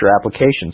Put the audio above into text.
applications